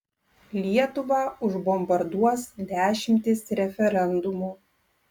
lietuvą užbombarduos dešimtys referendumų